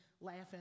laughing